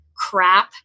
crap